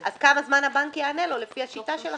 אז תוך מה זמן הבנק יענה לו לפי השיטה שלכם?